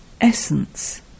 Essence